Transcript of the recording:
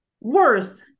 Worse